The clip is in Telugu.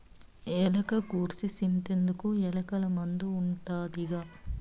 ఎలక గూర్సి సింతెందుకు, ఎలకల మందు ఉండాదిగా